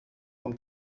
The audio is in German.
vom